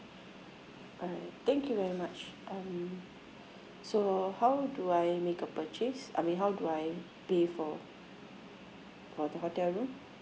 alright thank you very much um so how do I make a purchase I mean how do I pay for for the hotel room